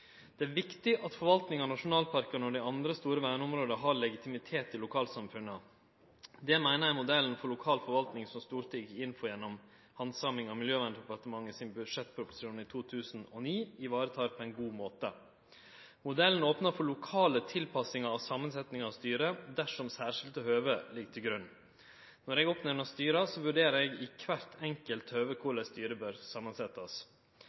Det er viktig at forvaltninga av nasjonalparkane og dei andre store verneområda har legitimitet i lokalsamfunna. Det meiner eg modellen for lokal forvaltning som Stortinget gjekk inn for gjennom handsaminga av Miljøverndepartementet sin budsjettproposisjon i 2009, varetek på ein god måte. Modellen opnar for lokale tilpassingar av samansetninga av styra dersom særskilte høve ligg til grunn. Når eg oppnemner styra, vurderer eg i kvart